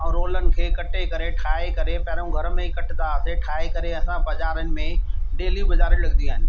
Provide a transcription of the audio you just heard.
ऐं रोलनि खे कटे करे ठाहे करे पहिरियां घर में ई कटंदा हुआसीं ठाहे करे असां बज़ारिनि में डेली बजारूं लॻंदियूं आहिनि